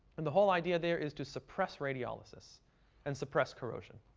and the whole idea there is to suppress radiolysis and suppress corrosion.